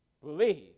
believe